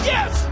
Yes